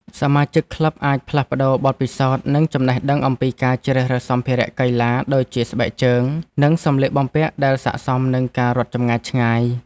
សមាជិកក្លឹបអាចផ្លាស់ប្តូរបទពិសោធន៍ និងចំណេះដឹងអំពីការជ្រើសរើសសម្ភារៈកីឡា ដូចជាស្បែកជើង និងសម្លៀកបំពាក់ដែលស័ក្តិសមនឹងការរត់ចម្ងាយឆ្ងាយ។